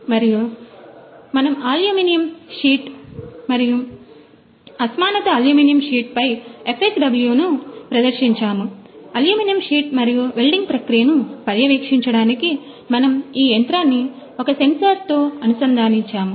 మరియు మనం aluminium sheet మరియు అసమానత అల్యూమినియం షీట్ పై FSW ను ప్రదర్శించాము అల్యూమినియం షీట్ మరియు వెల్డింగ్ ప్రక్రియను పర్యవేక్షించడానికి మనము ఈ యంత్రాన్ని ఒకే సెన్సార్తో అనుసంధానించాము